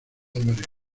álvarez